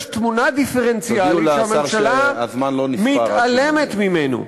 יש תמונה דיפרנציאלית שהממשלה מתעלמת ממנה.